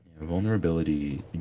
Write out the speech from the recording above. Vulnerability